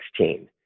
2016